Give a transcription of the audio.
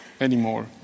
anymore